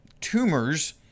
tumors